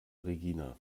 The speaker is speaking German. regina